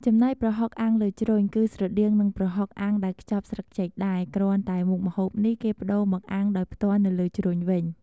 ចំណែកប្រហុកអាំងលើជ្រុញ គឺស្រដៀងនឹងប្រហុកអាំងដែលខ្ចប់ស្លឹកចេកដែរ គ្រាន់តែមុខម្ហូបនេះគេប្ដូរមកអាំងដោយផ្ទាល់នៅលើជ្រុញវិញ។